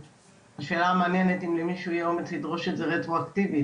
השאלה המעניינת אם למישהו יהיה אומץ לדרוש את זה רטרואקטיבית.